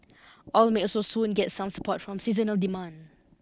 oil may also soon get some support from seasonal demand